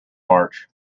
march